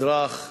אזרח,